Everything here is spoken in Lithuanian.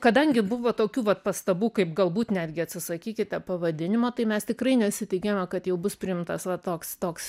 kadangi buvo tokių vat pastabų kaip galbūt netgi atsisakykite pavadinimo tai mes tikrai nesitikėjome kad jau bus priimtas va toks toks